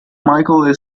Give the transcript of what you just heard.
michael